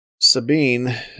Sabine